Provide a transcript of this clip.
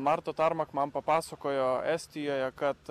marta tarmach man papasakojo estijoje kad